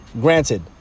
granted